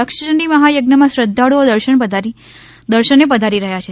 લક્ષચંડી મહાયજ્ઞમાં શ્રદ્વાળુઓ દર્શને પધારી રહ્યા છે